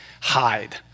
hide